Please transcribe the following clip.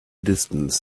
distance